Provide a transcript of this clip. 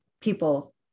people